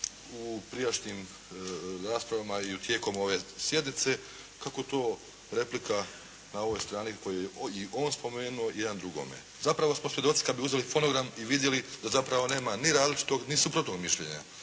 u prijašnjim raspravama i tijekom ove sjednice, kako to replika na ovoj strani koju je i on spomenuo, jedan drugome. Zapravo smo svjedoci kada bi uzeli fonogram i vidjeli da zapravo nema ni različitog ni suprotnog mišljenja.